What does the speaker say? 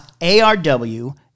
arw